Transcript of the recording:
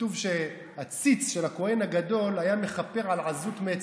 כתוב שהציץ של הכוהן הגדול היה מכפר על עזות מצח.